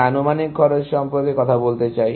আমি আনুমানিক খরচ সম্পর্কে কথা বলতে চাই